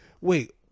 wait